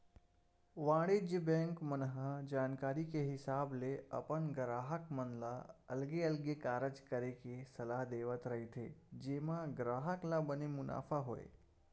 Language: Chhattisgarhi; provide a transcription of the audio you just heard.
वाणिज्य बेंक मन ह जानकारी के हिसाब ले अपन गराहक मन ल अलगे अलगे कारज करे के सलाह देवत रहिथे जेमा ग्राहक ल बने मुनाफा होय